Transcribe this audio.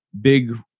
big